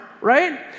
right